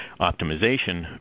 optimization